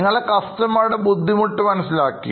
നിങ്ങളുടെ കസ്റ്റമറുടെ ബുദ്ധിമുട്ട് മനസ്സിലാക്കി